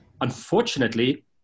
Unfortunately